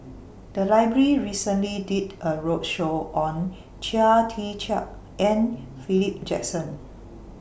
The Library recently did A roadshow on Chia Tee Chiak and Philip Jackson